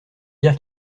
dire